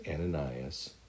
Ananias